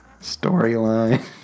storyline